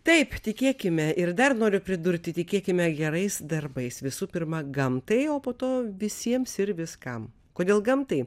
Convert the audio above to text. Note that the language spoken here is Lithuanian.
taip tikėkime ir dar noriu pridurti tikėkime gerais darbais visų pirma gamtai o po to visiems ir viskam kodėl gamtai